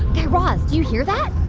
guy raz, do you hear that?